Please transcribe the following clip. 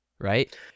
right